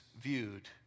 viewed